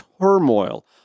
turmoil